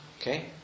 okay